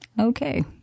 Okay